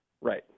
Right